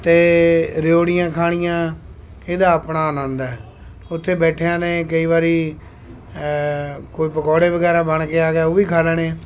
ਅਤੇ ਰਿਉੜੀਆਂ ਖਾਣੀਆਂ ਇਹਦਾ ਆਪਣਾ ਆਨੰਦ ਹੈ ਉੱਥੇ ਬੈਠਿਆਂ ਨੇ ਕਈ ਵਾਰੀ ਕੋਈ ਪਕੌੜੇ ਵਗੈਰਾ ਬਣ ਕੇ ਆ ਗਿਆ ਉਹ ਵੀ ਖਾ ਲੈਣੇ